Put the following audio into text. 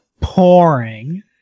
pouring